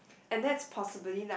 and that's possibly la